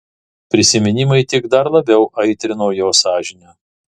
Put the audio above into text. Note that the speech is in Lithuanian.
prisiminimai tik dar labiau aitrino jo sąžinę